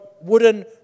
wooden